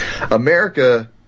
America